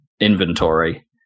inventory